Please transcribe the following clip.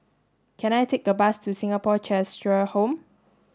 can I take a bus to Singapore Cheshire Home